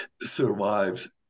survives